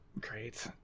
great